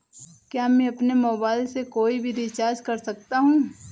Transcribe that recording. क्या मैं अपने मोबाइल से कोई भी रिचार्ज कर सकता हूँ?